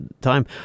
time